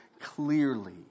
clearly